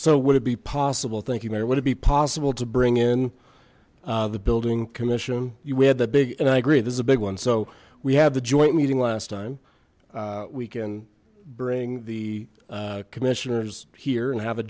so would it be possible thank you mayor would it be possible to bring in the building commission we had that big and i agree this is a big one so we have the joint meeting last time we can bring the commissioners here and have a